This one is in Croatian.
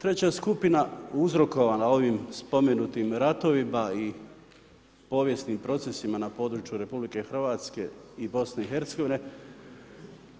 Treća skupina uzrokovana ovim spomenutim ratovima i povijesnim procesima na području RH i BiH-a,